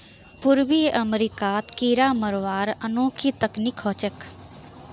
पूर्वी अमेरिकात कीरा मरवार अनोखी तकनीक ह छेक